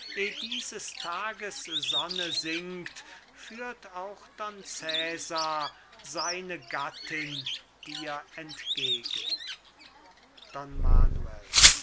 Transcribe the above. dieses tages sonne sinkt führt auch don cesar seine gattin dir entgegen